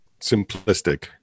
simplistic